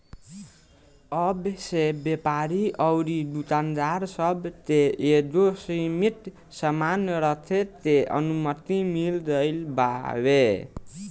अब से व्यापारी अउरी दुकानदार सब के एगो सीमित सामान रखे के अनुमति मिल गईल बावे